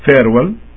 farewell